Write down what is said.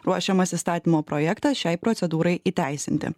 ruošiamas įstatymo projektas šiai procedūrai įteisinti